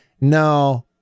no